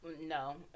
No